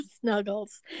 snuggles